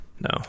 No